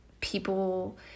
people